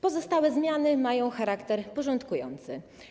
Pozostałe zmiany mają charakter porządkujący.